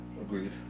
agreed